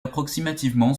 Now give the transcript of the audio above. approximativement